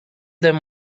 them